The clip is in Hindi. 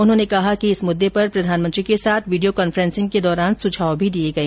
उन्होंने कहा कि इस मुद्दे पर प्रधानमंत्री के साथ वीडियो कांफ्रेंसिंग के दौरान सुझाव भी दिए गए